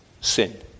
sin